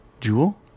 Jewel